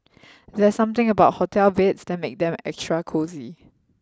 there's something about hotel beds that makes them extra cosy